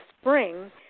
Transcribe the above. spring